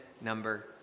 number